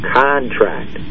contract